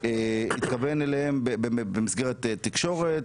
התכוון אליהם במסגרת תקשורת,